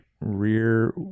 rear